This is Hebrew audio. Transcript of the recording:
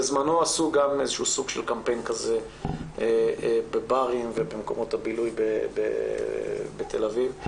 בזמנו עשו גם איזה שהוא קמפיין כזה בברים ובמקומות הבילוי בתל אביב.